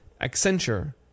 Accenture